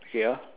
ya